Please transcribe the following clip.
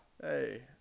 Hey